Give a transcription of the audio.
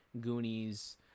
goonies